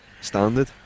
standard